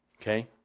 Okay